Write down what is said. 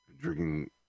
Drinking